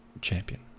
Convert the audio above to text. champion